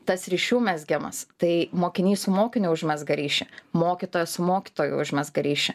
tas ryšių mezgimas tai mokinys su mokiniu užmezga ryšį mokytojas su mokytoju užmezga ryšį